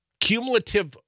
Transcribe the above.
cumulative